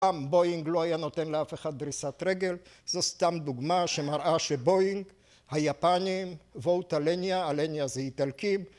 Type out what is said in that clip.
בואינג לא היה נותן לאף אחד דריסת רגל, זו סתם דוגמה שמראה שבואינג, היפנים, ווטה לניה, הלניה זה איטלקים...